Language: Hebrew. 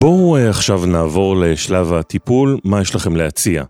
בואו עכשיו נעבור לשלב הטיפול, מה יש לכם להציע?